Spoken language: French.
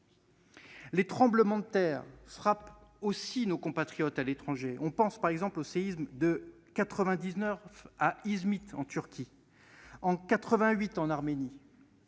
Les tremblements de terre frappent aussi nos compatriotes à l'étranger. Je pense, par exemple, aux séismes survenus en 1999 à Izmit en Turquie, en 1988 en Arménie,